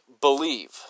believe